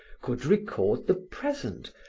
could record the present,